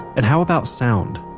and how about sound.